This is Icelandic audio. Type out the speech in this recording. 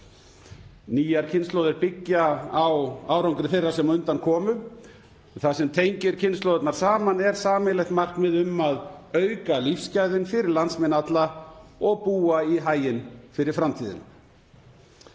Nýjar kynslóðir byggja á árangri þeirra sem á undan komu. Það sem tengir kynslóðirnar saman er sameiginlegt markmið um að auka lífsgæðin fyrir landsmenn alla og búa í haginn fyrir framtíðina.